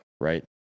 right